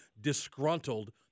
disgruntled